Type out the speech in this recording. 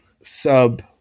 sub